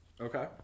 Okay